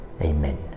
Amen